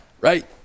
Right